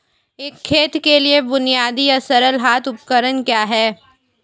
एक खेत के लिए बुनियादी या सरल हाथ उपकरण क्या हैं?